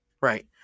right